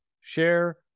share